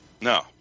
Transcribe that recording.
No